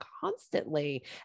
constantly